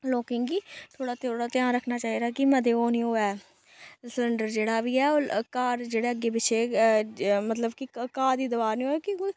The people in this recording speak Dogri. लोकें गी थोह्ड़ा थोह्ड़ा ध्यान रक्खना चाहिदा कि मते ओह् नेईं होवै सलैंडर जेह्ड़ा बी ऐ ओह् घर जेह्ड़ा ऐ अग्गें पिच्छें मतलब कि घ घाऽ दी दवार नेईं होवै क्योंकि